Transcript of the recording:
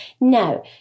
Now